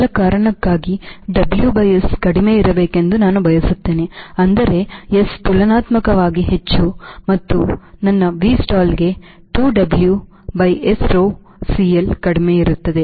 ಸರಳ ಕಾರಣಕ್ಕಾಗಿ WS ಕಡಿಮೆ ಇರಬೇಕೆಂದು ನಾನು ಬಯಸುತ್ತೇನೆ ಅಂದರೆ S ತುಲನಾತ್ಮಕವಾಗಿ ಹೆಚ್ಚು ಮತ್ತು ಇದು ನನ್ನ Vstall ಗೆ 2 W ಆಗಿರುವ S rho CL ಕಡಿಮೆ ಇರುತ್ತದೆ